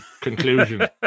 conclusion